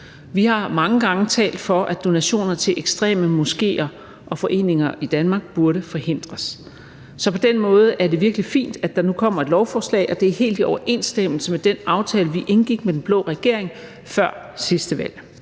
Vi har mange gange talt for, at donationer til ekstreme moskéer og foreninger i Danmark burde forhindres, så på den måde er det virkelig fint, at der nu kommer et lovforslag, og det er helt i overensstemmelse med den aftale, vi indgik med den blå regering før sidste valg.